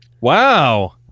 Wow